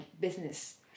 business